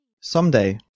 Someday